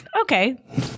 Okay